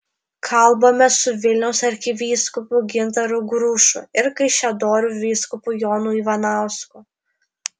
kalbamės su vilniaus arkivyskupu gintaru grušu ir kaišiadorių vyskupu jonu ivanausku